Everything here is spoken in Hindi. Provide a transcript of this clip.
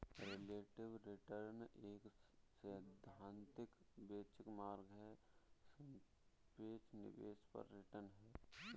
रिलेटिव रिटर्न एक सैद्धांतिक बेंच मार्क के सापेक्ष निवेश पर रिटर्न है